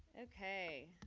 okay,